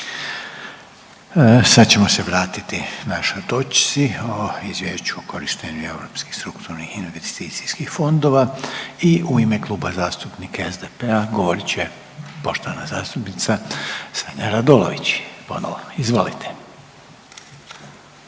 Sad ćemo se vratiti našoj točci o Izvješću o korištenju europskih strukturnih investicijskih fondova i u ime Kluba zastupnika SDP-a govorit će poštovana zastupnica Sanja Radolović ponovo. Izvolite.